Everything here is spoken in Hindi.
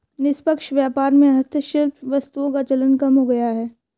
निष्पक्ष व्यापार में हस्तशिल्प वस्तुओं का चलन कम हो गया है